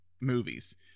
movies